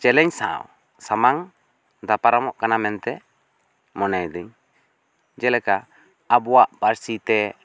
ᱪᱮᱞᱮᱱ ᱥᱟᱶ ᱥᱟᱢᱟᱝ ᱫᱟᱯᱟᱨᱚᱢ ᱠᱟᱱᱟᱧ ᱢᱮᱱᱛᱮ ᱢᱚᱱᱮ ᱤᱫᱟᱹᱧ ᱡᱮ ᱞᱮᱠᱟ ᱟᱵᱚᱣᱟᱜ ᱯᱟᱹᱨᱥᱤ ᱛᱮ